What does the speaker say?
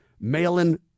mail-in